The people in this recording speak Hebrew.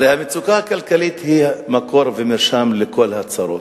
הרי המצוקה הכלכלית היא המקור והמרשם לכל הצרות,